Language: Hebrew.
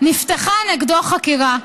נפתחה נגדו חקירה.